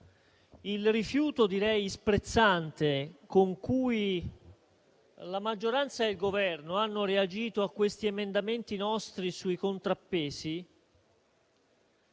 il rifiuto direi sprezzante con cui la maggioranza e il Governo hanno reagito ai nostri emendamenti sui contrappesi